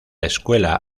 escuela